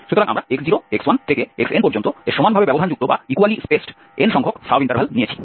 সুতরাং আমরা x0x1xn এ সমানভাবে ব্যবধানযুক্ত n সংখ্যক সাব ইন্টারভাল নিয়েছি